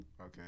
Okay